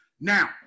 Now